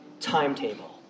timetable